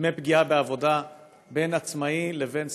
ודמי הפגיעה בעבודה בין עצמאי לבין שכיר.